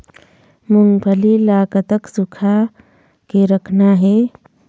मूंगफली ला कतक सूखा के रखना हे?